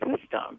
system